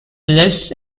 lives